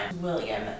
william